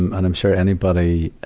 and and i'm sure anybody, ah,